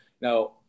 Now